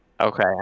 Okay